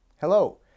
Hello